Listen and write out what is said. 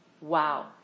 Wow